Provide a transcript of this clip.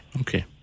Okay